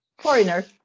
Foreigner